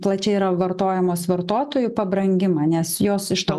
plačiai yra vartojamos vartotojų pabrangimą nes jos iš to